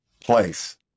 place